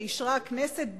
שאישרה הכנסת ביום,?"